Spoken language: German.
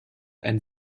ein